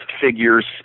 figures